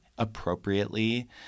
appropriately